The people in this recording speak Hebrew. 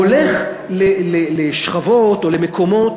הולך לשכבות או למקומות